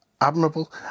admirable